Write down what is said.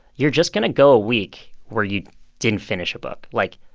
you're just going to go a week where you didn't finish a book. like,